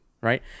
Right